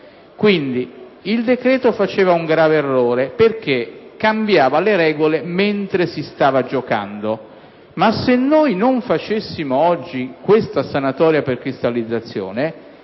Quindi, il decreto faceva un grave errore perché cambiava le regole mentre si stava giocando. Ma se noi non facessimo oggi questa sanatoria per cristallizzazione,